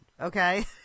Okay